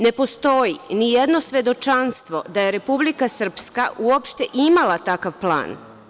Ne postoji ni jedno svedočanstvo da je Republika Srpska uopšte imala takav plan.